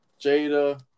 Jada